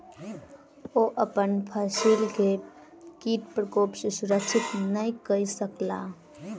ओ अपन फसिल के कीट प्रकोप सॅ सुरक्षित नै कय सकला